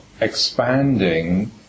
expanding